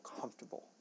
comfortable